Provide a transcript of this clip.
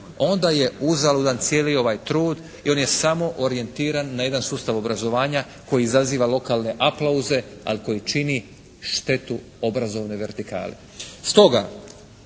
onda je uzaludan cijeli ovaj trud i on je samo orijentiran na jedan sustav obrazovanja koji izaziva lokalne aplauze, a koji čini štetu obrazovnoj vertikali.